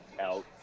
out